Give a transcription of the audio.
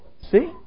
See